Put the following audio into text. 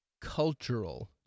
cultural